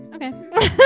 Okay